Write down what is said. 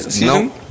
No